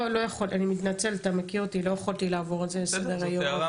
אני לא יכולה לעבור על זה לסדר היום,